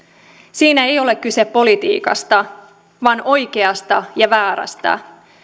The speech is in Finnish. siinä ei ole kyse politiikasta vaan oikeasta ja väärästä